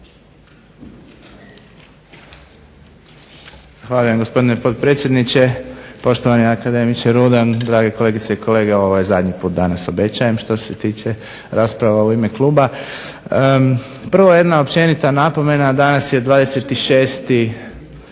Zahvaljujem gospodine potpredsjedniče, poštovani akademiče Rudan, drage kolegice i kolege, ovo je zadnji put danas obećajem što se tiče rasprava u ime kluba. Prvo jedna općenita napomena - danas je